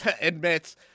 admits